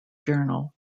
journal